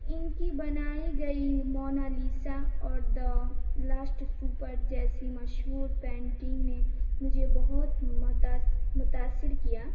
ان کی بنائی گئی مونا لیسا اور دا لاسٹ سپر جیسی مشہور پینٹنگ نے مجھے بہت متاثر کیا